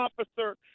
officer